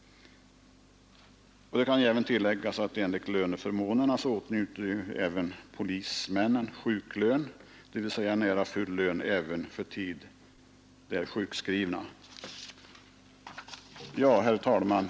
Det kan tilläggas att enligt löneförmånerna åtnjuter även polismännen sjuklön, dvs. nära nog full lön för tid då de är sjukskrivna. Herr talman!